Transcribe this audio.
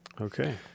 Okay